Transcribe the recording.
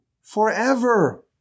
forever